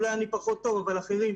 אולי אני פחות טוב אבל אחרים,